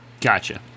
Gotcha